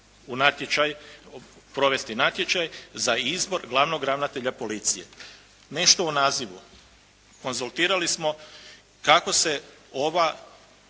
u natječaj, provesti natječaj za izbor glavnog ravnatelja policije. Nešto o nazivu. Konzultirali smo kako se ova